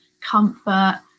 comfort